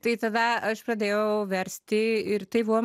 tai tada aš pradėjau versti ir tai buvo